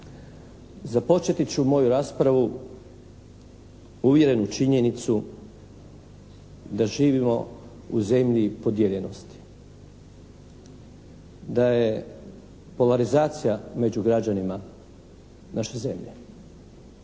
Započeti ću moju raspravu uvjeren u činjenicu da živimo u zemlji podijeljenosti, da je ova rezacija među građanima naše zemlje.